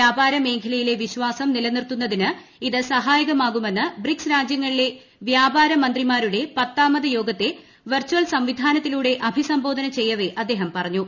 വ്യാപാരമേഖലയിലെ വിശ്വാസം നിലനിർത്തുന്നതിന് ഇത് സഹായകമാകുമെന്ന് ബ്രിക്സ് രാജൃങ്ങളിലെ വൃാപാരമന്ത്രിമാരുടെ പത്താമത് യോഗത്തെ വെർച്ചൽ സംവിധാനത്തിലൂടെ അഭിസംബോധന പറഞ്ഞു